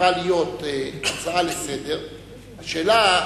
הפכה להיות הצעה לסדר-היום,